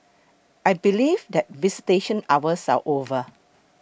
I believe that visitation hours are over